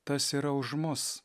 tas yra už mus